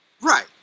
Right